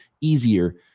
easier